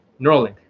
Neuralink